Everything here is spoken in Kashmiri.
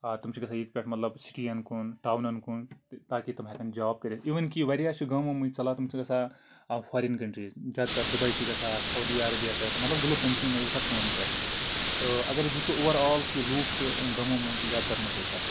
آ تِم چھِ گژھان ییٚتہِ پٮ۪ٹھ مطلب سِٹی یَن کُن ٹاونَن کُن تہٕ تاکہِ تِم ہٮ۪کَن جاب کٔرِتھ اِوٕن کہ واریاہ چھِ گامو مٔنٛزۍ ژَلان تِم چھِ گژھان فارِٮ۪ن کَنٹرٛیٖز زیادٕ تَر دُبیی چھِ گژھان سعودی عربیہ چھِ گَژھان مطلب گلف کَنٹرٛیَن منٛز چھِ گژھان کٲم کَرنہِ تہٕ اگر أسۍ وٕچھو اوٚوَر آل کہ لُکھ چھِ گامو منٛز زیادٕ تَر مزوٗرۍ کَران